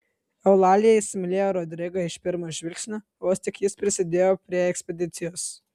eulalija įsimylėjo rodrigą iš pirmo žvilgsnio vos tik jis prisidėjo prie ekspedicijos